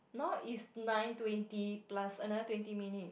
now is nine twenty plus another twenty minute